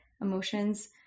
emotions